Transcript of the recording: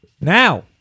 Now